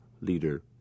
leader